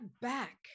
back